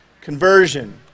Conversion